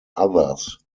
others